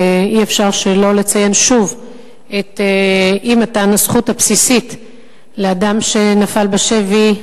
ואי-אפשר שלא לציין שוב את אי-מתן הזכות הבסיסית לאדם שנפל בשבי,